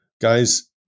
guys